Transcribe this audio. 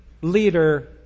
leader